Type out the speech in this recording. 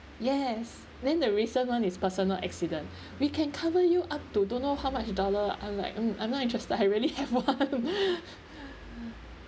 yes then the recent [one] is personal accident we can cover you up to don't know how much dollar I'm like mm I'm not interested I already have one